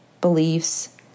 beliefs